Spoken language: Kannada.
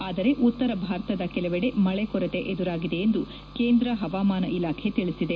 ಆದರೆ ಉತ್ತರ ಭಾರತದ ಕೆಲವೆಡೆ ಮಳೆ ಕೊರತೆ ಎದುರಾಗಿದೆ ಎಂದು ಕೇಂದ್ರ ಹವಾಮಾನ ಇಲಾಖೆ ತಿಳಿಸಿದೆ